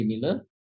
similar